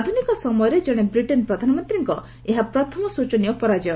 ଆଧୁନିକ ସମୟରେ ଜଣେ ବ୍ରିଟେନ୍ ପ୍ରଧାନମନ୍ତ୍ରୀଙ୍କ ଏହା ପ୍ରଥମ ଶୋଚନୀୟ ପରାଜୟ